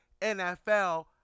NFL